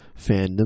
fandom